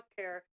healthcare